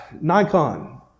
Nikon